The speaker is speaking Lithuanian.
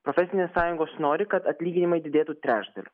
profesinės sąjungos nori kad atlyginimai didėtų trečdaliu